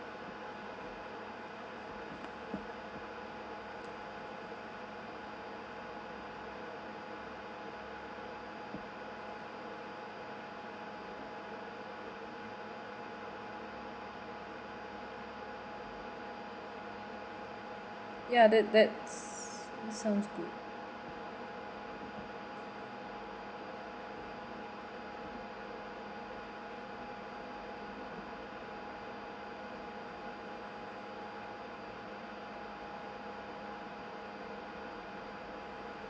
ya that that's sounds good